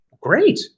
great